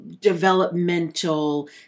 developmental